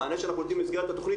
המענה שאנחנו נותנים במסגרת התכנית,